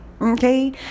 Okay